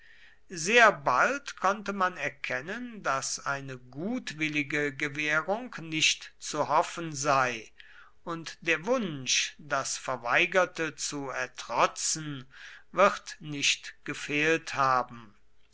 sehr bald konnte man erkennen daß eine gutwillige gewährung nicht zu hoffen sei und der wunsch das verweigerte zu ertrotzen wird nicht gefehlt haben